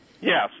Yes